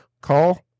Call